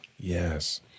Yes